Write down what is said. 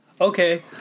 Okay